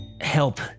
help